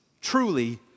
truly